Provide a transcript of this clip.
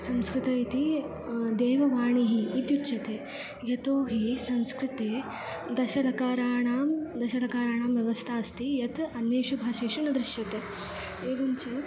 संस्कृतम् इति देववाणिः इत्युच्यते यतोऽहि संस्कृते दशलकाराणां दशलकाराणां व्यवस्था अस्ति यत् अन्येषु भाषेषु न दृश्यते एवञ्च